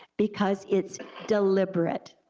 because it's deliberate,